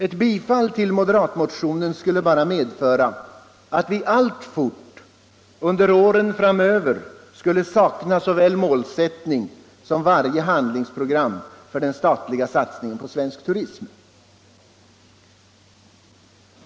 Ett bifall till moderatmotionen skulle bara medföra att vi alltfort under åren framöver skulle sakna såväl målsättning som varje handlingsprogram för den statliga satsningen på svensk turism.